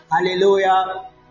Hallelujah